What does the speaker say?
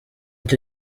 cyo